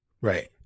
Right